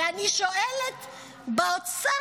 ואני שואלת באוצר,